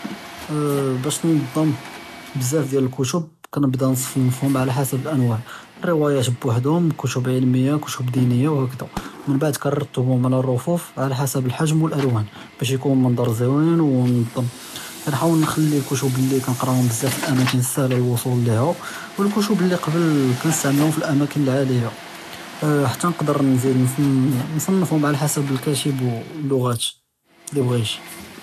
באש תנצ'ם בזאף דיאל אלכתוב כנבדה נצנפהום עלא חסב אלאנואע אלרוויאת בוחדהום אלכתוב אלעעלמיה כתוב דיניה והאכדא, מןבעד כרתבהום עלא אלרפוא'ף עלא חסב אלחג'ם ואלאלואן, באש יכון מנצ'ר זוין וכנחاول נכ'לי אלכתוב לי כנקראهوم בזאף פי אלאמאכן סהלה אלוסול ליהא, ואלכתוב לי קבל כנסטעמלהום פי אלאמאכן אלעאליה חתא נקדר נזיד נצנפהום עלא חסב אלכאתב ואללועאת לי בּע'ית.